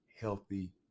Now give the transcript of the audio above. healthy